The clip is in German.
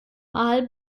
mal